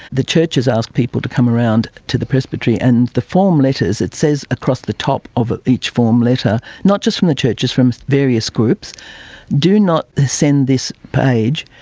the church has asked people to come around to the presbytery, and the form letters, it says across the top of ah each form letter, not just from the churches but from various groups do not send this page,